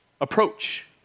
approach